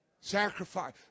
Sacrifice